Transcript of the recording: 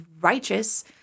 righteous